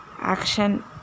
action